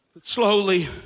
Slowly